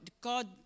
God